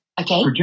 Okay